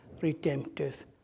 redemptive